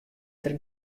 der